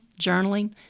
journaling